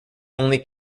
only